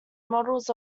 models